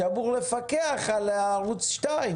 שאמור לפקח על ערוץ שתיים.